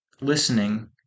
listening